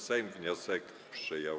Sejm wniosek przyjął.